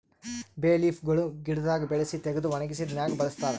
ಬೇ ಲೀಫ್ ಗೊಳ್ ಗಿಡದಾಗ್ ಬೆಳಸಿ ತೆಗೆದು ಒಣಗಿಸಿದ್ ಮ್ಯಾಗ್ ಬಳಸ್ತಾರ್